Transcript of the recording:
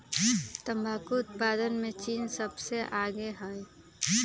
तंबाकू उत्पादन में चीन सबसे आगे हई